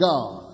God